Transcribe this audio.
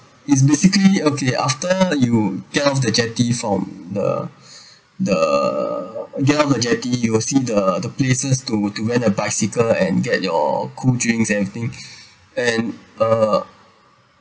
it's basically okay after you get off the jetty from the the get off the jetty you will see the the places to to rent a bicycle and get your cool drinks everything and uh